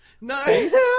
Nice